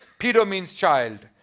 pedo means child.